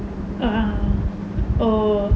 uh oh